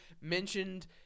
mentioned